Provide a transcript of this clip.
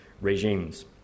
regimes